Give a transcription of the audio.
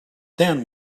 then